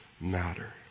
matter